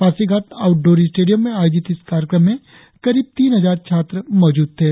Pasighat outdoor stadium में आयोजित इस कार्यक्रम में करीब तीन हजार छात्रों मौज़ट शे